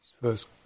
first